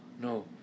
no